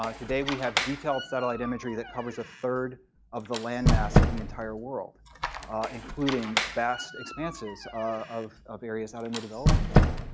today, we have detailed satellite imagery that covers a third of the land mass of the entire world including vast expanses of of areas out in the developing world.